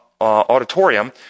auditorium